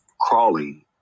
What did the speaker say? crawling